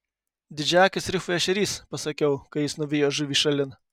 didžiaakis rifų ešerys pasakiau kai jis nuvijo žuvį šalin